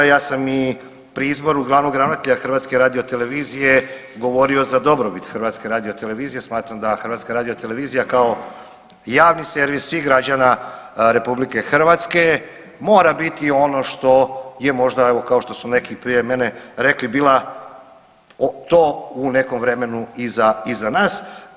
Ja sam i pri izboru glavnog ravnatelja HRT-a govorio za dobrobit HRT-a, smatram da HRT kao javni servis svih građana RH mora biti ono što je možda evo, kao što su neki prije mene rekli, bila o to u nekom vremenu iza nas.